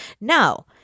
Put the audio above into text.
No